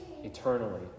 eternally